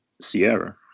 Sierra